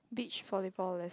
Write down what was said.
beach volleyball is